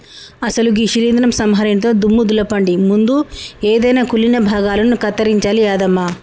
అసలు గీ శీలింద్రం సంహరినితో దుమ్ము దులపండి ముందు ఎదైన కుళ్ళిన భాగాలను కత్తిరించాలి యాదమ్మ